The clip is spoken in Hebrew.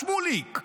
שמוליק,